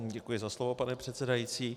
Děkuji za slovo, pane předsedající.